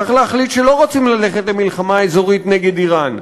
צריך להחליט שלא רוצים ללכת למלחמה אזורית נגד איראן,